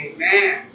Amen